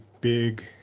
big